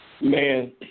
Man